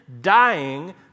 dying